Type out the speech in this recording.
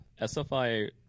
SFI